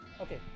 Okay